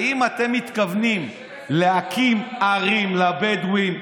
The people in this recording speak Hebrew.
האם אתם מתכוונים להקים ערים לבדואים,